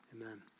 Amen